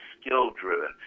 skill-driven